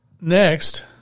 Next